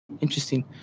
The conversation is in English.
interesting